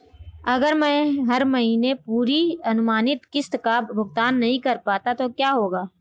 अगर मैं हर महीने पूरी अनुमानित किश्त का भुगतान नहीं कर पाता तो क्या होगा?